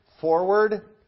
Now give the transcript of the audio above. forward